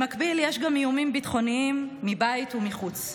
במקביל יש גם איומים ביטחוניים מבית ומחוץ,